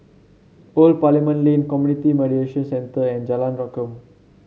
Old Parliament Lane Community Mediation Centre and Jalan Rengkam